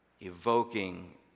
evoking